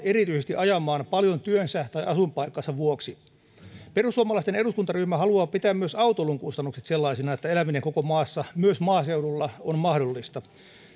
erityisesti ajamaan paljon työnsä tai asuinpaikkansa vuoksi perussuomalaisten eduskuntaryhmä haluaa pitää myös autoilun kustannukset sellaisina että eläminen koko maassa myös maaseudulla on mahdollista